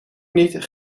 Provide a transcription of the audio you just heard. niet